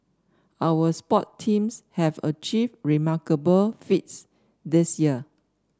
our sport teams have achieved remarkable feats this year